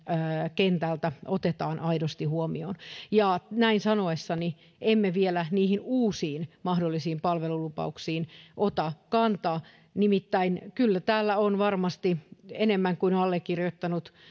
kentältä otetaan aidosti huomioon ja näin sanoessani emme vielä niihin uusiin mahdollisiin palvelulupauksiin ota kantaa nimittäin kyllä täällä on varmasti enemmän kuin allekirjoittanut